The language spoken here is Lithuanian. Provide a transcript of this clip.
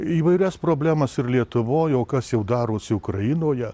įvairias problemas ir lietuvoj o kas jau darosi ukrainoje